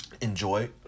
enjoy